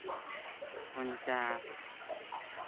ᱯᱚᱧᱪᱟᱥ